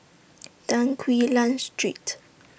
Tan Quee Lan Street